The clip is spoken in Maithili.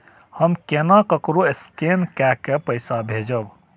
हम केना ककरो स्केने कैके पैसा भेजब?